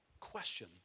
question